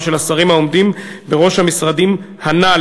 של השרים העומדים בראש המשרדים הנ"ל.